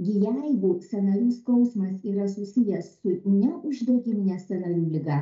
gi jeigu sąnarių skausmas yra susijęs su neuždegimine sąnarių liga